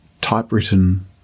typewritten